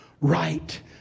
right